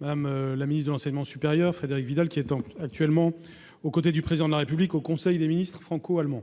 Mme la ministre de l'enseignement supérieur, Frédérique Vidal, qui est actuellement aux côtés du Président de la République au conseil des ministres franco-allemand.